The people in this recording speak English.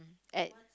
eight